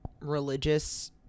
religious